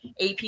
AP